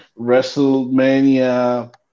WrestleMania